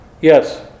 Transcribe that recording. yes